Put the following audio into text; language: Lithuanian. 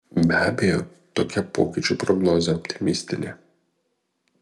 be abejo tokia pokyčių prognozė optimistinė